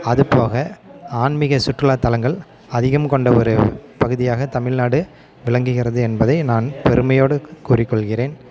அதுபோக ஆன்மீக சுற்றுலாத்தலங்கள் அதிகம் கொண்ட ஒரு பகுதியாக தமிழ்நாடு விளங்குகிறது என்பதை நான் பெருமையோடு கூறிக்கொள்கிறேன்